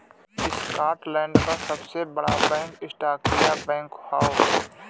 Scotland क सबसे बड़ा बैंक स्कॉटिया बैंक हौ